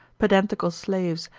pedantical slaves,